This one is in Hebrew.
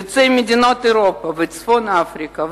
יוצאי מדינות אירופה וצפון אפריקה,